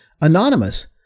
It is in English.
anonymous